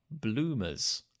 bloomers